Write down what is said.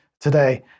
today